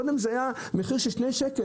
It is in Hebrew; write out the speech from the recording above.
קודם זה היה מחיר של שני שקלים,